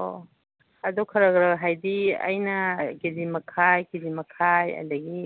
ꯑꯣ ꯑꯗꯣ ꯈꯔ ꯈꯔ ꯍꯥꯏꯗꯤ ꯑꯩꯅ ꯀꯦꯖꯤ ꯃꯈꯥꯏ ꯀꯦꯖꯤ ꯃꯈꯥꯏ ꯑꯗꯒꯤ